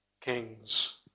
kings